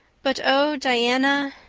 but oh, diana,